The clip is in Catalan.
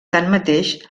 tanmateix